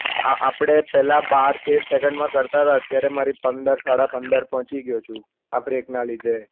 આ આપણે પહેલાં બાર તેર સેકંડમાં કરતાંતા ત્યારે મારી પંદર સાડા પંદર પહોંચી ગયો છું આ બ્રેકના લીધે